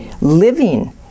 living